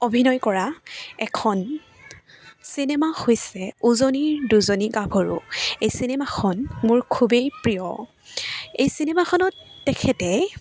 অভিনয় কৰা এখন চিনেমা হৈছে উজনিৰ দুজনী গাভৰু এই চিনেমাখন মোৰ খুবেই প্ৰিয় এই চিনেমাখনত তেখেতে